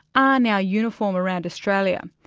ah now uniform around australia.